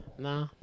Nah